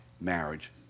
marriage